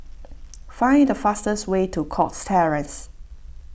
find the fastest way to Cox Terrace